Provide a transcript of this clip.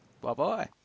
Bye-bye